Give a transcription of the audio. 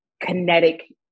kinetic